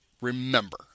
remember